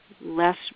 less